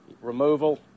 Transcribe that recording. Removal